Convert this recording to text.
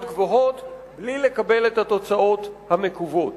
גבוהות בלי לקבל את התוצאות המקוות.